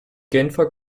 genfer